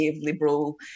liberal